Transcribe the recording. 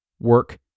work